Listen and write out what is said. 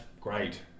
great